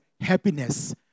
happiness